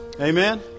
Amen